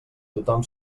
tothom